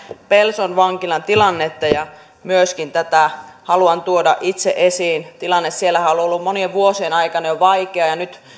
pelson vankilan tilannetta ja tätä haluan tuoda myöskin itse esiin tilannehan on siellä ollut monien vuosien ajan jo vaikea ja nyt